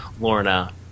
Lorna